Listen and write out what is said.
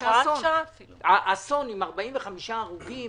אסון עם 45 הרוגים